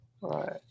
right